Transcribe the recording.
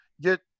get